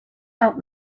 out